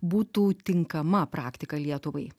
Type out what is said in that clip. būtų tinkama praktika lietuvai